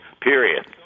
period